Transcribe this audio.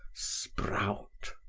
sprout.